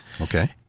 Okay